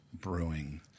brewing